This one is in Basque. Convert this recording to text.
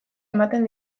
ematen